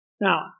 Now